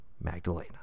Magdalena